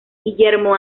guillermo